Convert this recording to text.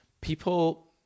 people